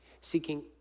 seeking